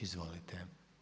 Izvolite.